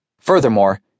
Furthermore